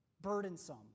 burdensome